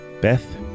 beth